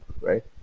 right